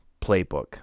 playbook